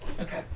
Okay